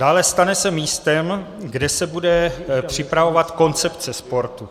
Dále, stane se místem, kde se bude připravovat koncepce sportu.